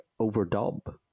overdub